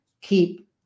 keep